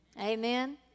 Amen